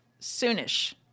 soonish